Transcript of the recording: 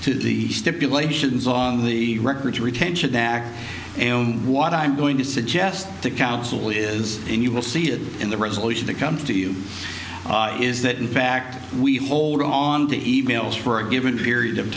to the stipulations on the records retention that what i'm going to suggest to counsel is and you will see that in the resolution that comes to you is that in fact we hold on to emails for a given period of